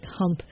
hump